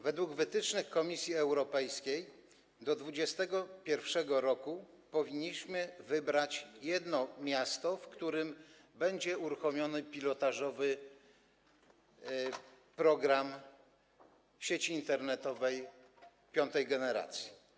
Według wytycznych Komisji Europejskiej do 2021 r. powinniśmy wybrać jedno miasto, w którym będzie uruchomiony pilotażowy program sieci internetowej piątej generacji.